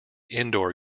indoor